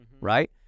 right